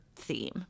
theme